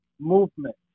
movement